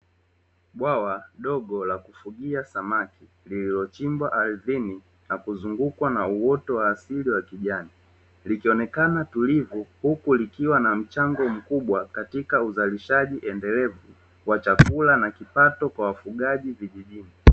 Bwawa dogo la kufugia samaki lililochimbwa ardhini na kuzungukwa na uoto wa asili wa kijani likionekana tulivu huku likiwa na mchango mkubwa katika uzalishaji endelevu wa chakula na kipato kwa wafugaji vijijini.